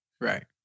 Right